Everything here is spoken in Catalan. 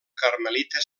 carmelita